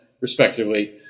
respectively